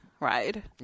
Right